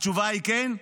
התשובה היא כן.